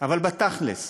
אבל בתכל'ס,